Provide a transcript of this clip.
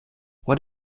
what